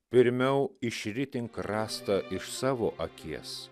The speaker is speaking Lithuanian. pirmiau išritink rąstą iš savo akies